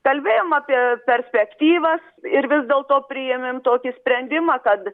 kalbėjom apie perspektyvas ir vis dėl to priėmėm tokį sprendimą kad